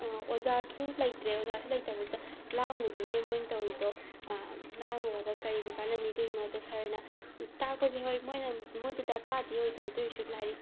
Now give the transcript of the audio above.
ꯑꯣꯖꯥꯁꯨ ꯂꯩꯇ꯭ꯔꯦ ꯑꯣꯖꯥꯁꯨ ꯂꯩꯇꯕꯗꯨꯗ ꯂꯥꯡꯉꯨꯗꯣꯏꯅꯦ ꯃꯣꯏꯅ ꯇꯧꯔꯤꯗꯣ ꯂꯥꯡꯂꯨꯔꯒ ꯀꯔꯤꯕꯨ ꯀꯥꯅꯅꯤ ꯑꯗꯨꯒꯤ ꯃꯍꯨꯠꯇ ꯁꯔꯅ ꯇꯥꯛꯄꯁꯦ ꯍꯣꯏ ꯃꯣꯏꯅ ꯃꯣꯏꯗ ꯗꯔꯀꯥꯔꯗꯤ ꯑꯣꯏꯗꯦ ꯑꯗꯣꯏꯁꯨ ꯂꯥꯏꯔꯤꯛ